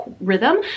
rhythm